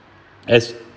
as